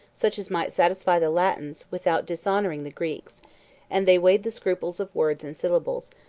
such as might satisfy the latins, without dishonoring the greeks and they weighed the scruples of words and syllables,